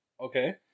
Okay